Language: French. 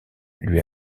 lui